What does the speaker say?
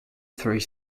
through